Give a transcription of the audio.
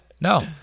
No